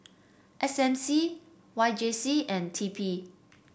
S M C Y J C and T P